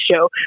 show